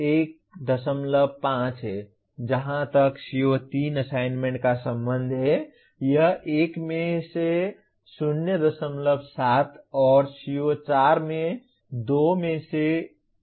जहां तक CO 3 assignment का संबंध है यह 1 में से 07 और CO4 में 2 में से 17 है